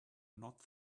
not